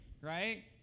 right